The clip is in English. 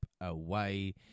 away